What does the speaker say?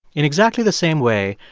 in exactly the same way,